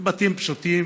הם אומנם בתים פשוטים,